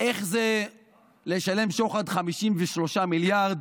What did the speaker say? איך זה לשלם שוחד 53 מיליארד,